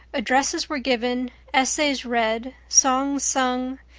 addresses were given, essays read, songs sung,